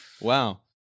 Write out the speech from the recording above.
Wow